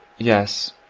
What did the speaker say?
yes,